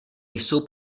jsou